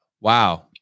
Wow